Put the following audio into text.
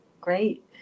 Great